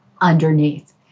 underneath